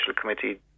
committee